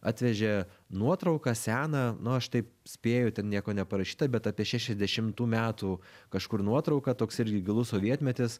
atvežė nuotrauką seną nu aš taip spėju ten nieko neparašyta bet apie šešiasdešimtų metų kažkur nuotrauką toks irgi gilus sovietmetis